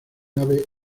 ave